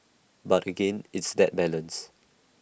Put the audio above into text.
but again it's that balance